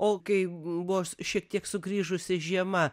o kai buvo šiek tiek sugrįžusi žiema